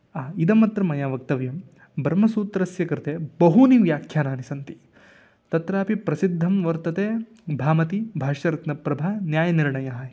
हा इदमत्र मया वक्तव्यं ब्रह्मसूत्रस्य कृते बहूनि व्याख्यानानि सन्ति तत्रापि प्रसिद्धं वर्तते भामती भाष्यरत्नप्रभा न्यायनिर्णयः इति